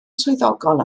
swyddogol